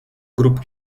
grup